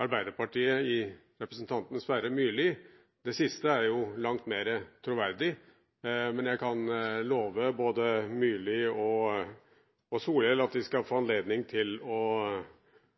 Arbeiderpartiet ved representanten Sverre Myrli. Det siste er langt mer troverdig, men jeg kan love både representanten Myrli og representanten Solhjell at de skal få